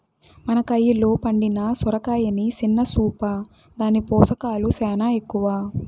మన కయిలో పండిన సొరకాయని సిన్న సూపా, దాని పోసకాలు సేనా ఎక్కవ